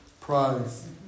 prize